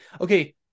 Okay